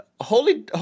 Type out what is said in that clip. holy